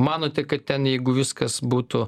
manote kad ten jeigu viskas būtų